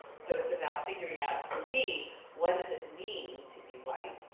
so it's about figuring out, for me, what does it mean to be white?